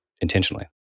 intentionally